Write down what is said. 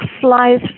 flies